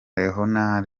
leonard